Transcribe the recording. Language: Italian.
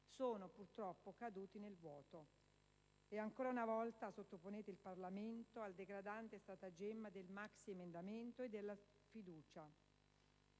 sono purtroppo caduti nel vuoto. E, ancora una volta, sottoponete il Parlamento al degradante stratagemma del maxiemendamento e della fiducia.